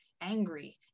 angry